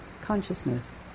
consciousness